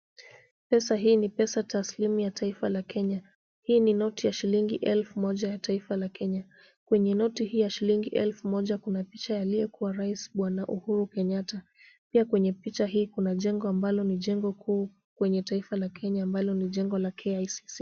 Pesa hii ni pesa taslimu ya taifa ya Kenya. Hii ni noti ya shilingi elfu moja ya taifa ya Kenya. Kwenye noti hii ya shilingi elfu moja, kuna picha ya aliyekuwa rais bwana Uhuru Kenyatta. Pia kwenye picha hii kuna jengo ambalo ni jengo juu kwenye taifa la Jenya ambalo ni jengo la KICC.